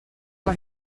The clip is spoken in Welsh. mae